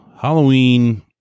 Halloween